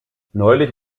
neulich